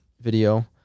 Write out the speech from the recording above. video